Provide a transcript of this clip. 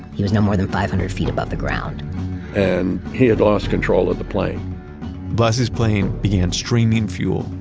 he was no more than five hundred feet above the ground and he had lost control of the plane blassi's plane began streaming fuel,